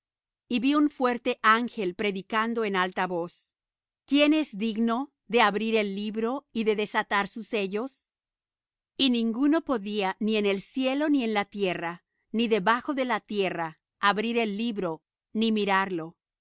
y vi un fuerte ángel predicando en alta voz quién es digno de abrir el libro y de desatar sus sellos y ninguno podía ni en el cielo ni en la tierra ni debajo de la tierra abrir el libro ni mirarlo